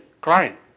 crying